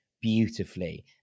beautifully